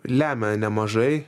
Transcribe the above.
lemia nemažai